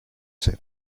said